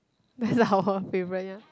that's our favourite ya